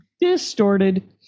distorted